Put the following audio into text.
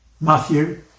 Matthew